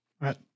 right